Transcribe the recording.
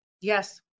Yes